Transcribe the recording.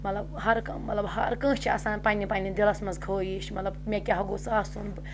مطلب ہَر کانٛہہ مطلب ہَر کٲنٛسہِ چھِ آسان پںٛنہِ پنٛنہِ دِلَس منٛز خٲہِش مطلب مےٚ کیٛاہ گوٚژھ آسُن